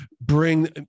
bring